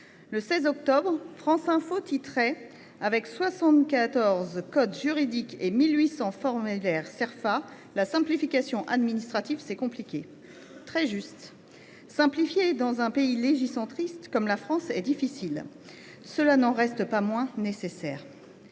le 16 octobre, France Info titrait :« Avec 74 codes juridiques et 1 800 formulaires Cerfa, la simplification administrative, c’est compliqué. » Très juste ! Simplifier, dans un pays légicentriste comme la France, c’est difficile. Cela n’en reste pas moins nécessaire.